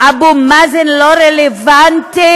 אבו מאזן לא רלוונטי.